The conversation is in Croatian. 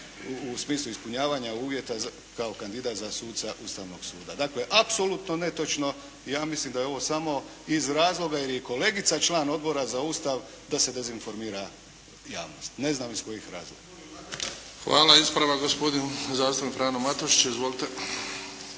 u smislu ispunjavanja uvjeta za kao kandidat za suca Ustavnog suda. Dakle, apsolutno netočno. I ja mislim da je ovo samo iz razloga jer je i kolegica član Odbora za Ustav da se dezinformira javnost. Ne znam iz kojih razloga. **Bebić, Luka (HDZ)** Hvala. Ispravak gospodin zastupnik Frano Matušić.